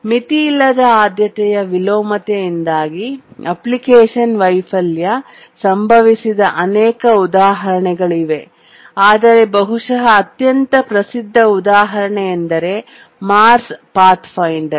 ಮಿತಿಯಿಲ್ಲದ ಆದ್ಯತೆಯ ವಿಲೋಮತೆಯಿಂದಾಗಿ ಅಪ್ಲಿಕೇಶನ್ ವೈಫಲ್ಯ ಸಂಭವಿಸಿದ ಅನೇಕ ಉದಾಹರಣೆಗಳಿವೆ ಆದರೆ ಬಹುಶಃ ಅತ್ಯಂತ ಪ್ರಸಿದ್ಧ ಉದಾಹರಣೆಯೆಂದರೆ ಮಾರ್ಸ್ ಪಾತ್ ಫೈಂಡರ್